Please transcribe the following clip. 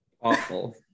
Awful